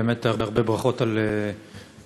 באמת הרבה ברכות על פעילותך,